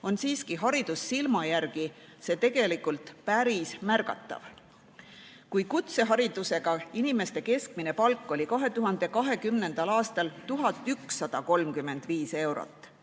on Haridussilma järgi see tegelikult siiski päris märgatav. Kui kutseharidusega inimeste keskmine palk oli 2020. aastal 1135 eurot,